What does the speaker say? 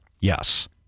Yes